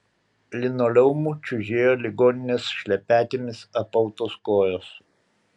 linoleumu čiužėjo ligoninės šlepetėmis apautos kojos